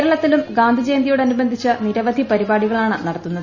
കേരളത്തിലും ഗാന്ധി ജയന്തിയോടനുബന്ധിച്ച് നിരവധി പരിപാടികളാണ് നടത്തുന്നത്